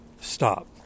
stop